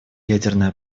ядерная